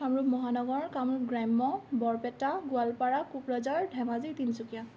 কামৰূপ মহানগৰ কামৰূপ গ্ৰাম্য বৰপেটা গোৱালপাৰা কোকৰাঝাৰ ধেমাজি তিনিচুকীয়া